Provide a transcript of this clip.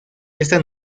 esta